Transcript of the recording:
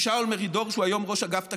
עם שאול מרידור, שהוא היום ראש אגף תקציבים,